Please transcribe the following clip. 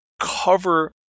cover